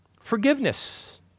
forgiveness